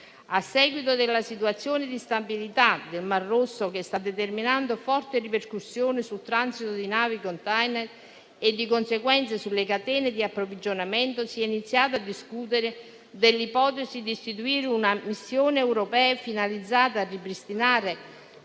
A seguito della situazione di instabilità del Mar Rosso che sta determinando forti ripercussioni sul transito di navi *container* e, di conseguenza, sulle catene di approvvigionamento, si è iniziato a discutere dell'ipotesi di istituire una missione europea finalizzata a ripristinare